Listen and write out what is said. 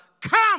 come